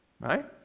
Right